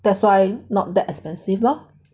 that's why not that expensive lor